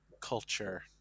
culture